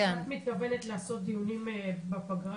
את מתכוונת לעשות דיונים בפגרה